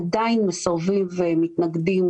עדיין מתנגדים